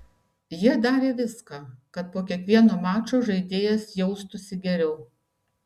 jie darė viską kad po kiekvieno mačo žaidėjas jaustųsi geriau